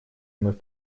вновь